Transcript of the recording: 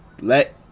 let